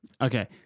Okay